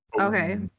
Okay